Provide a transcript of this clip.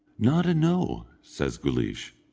not a know, says guleesh.